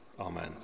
Amen